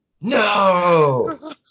no